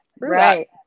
right